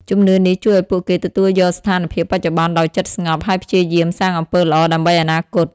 ជំនឿនេះជួយឱ្យពួកគេទទួលយកស្ថានភាពបច្ចុប្បន្នដោយចិត្តស្ងប់ ហើយព្យាយាមសាងអំពើល្អដើម្បីអនាគត។